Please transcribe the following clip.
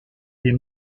des